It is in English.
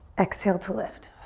exhale to lift.